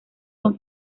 con